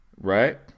right